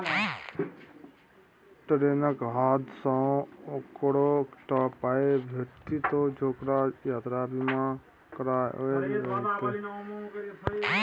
ट्रेनक हादसामे ओकरे टा पाय भेटितै जेकरा यात्रा बीमा कराओल रहितै